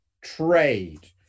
trade